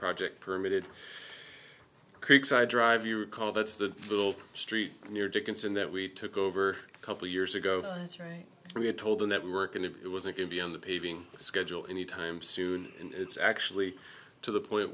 project permitted creekside drive you recall that's the little street near dickinson that we took over a couple of years ago and we had told the network and it was it could be on the paving schedule any time soon and it's actually to the point